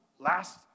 Last